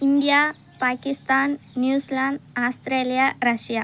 India Pakistan New Zealand Australia Russia